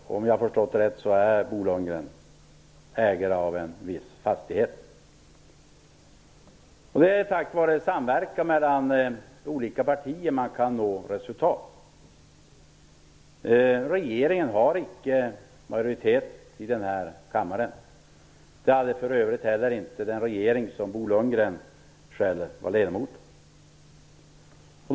Såvitt jag förstår är Bo Det är tack vare en samverkan mellan olika partier som man kan nå resultat. Regeringen har icke majoritet i denna kammare. Det hade för övrigt inte heller den regering som Bo Lundgren själv var medlem av.